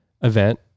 event